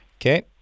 Okay